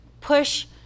push